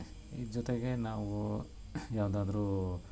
ಇದು ಜೊತೆಗೆ ನಾವೂ ಯಾವುದಾದ್ರೂ